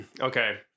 Okay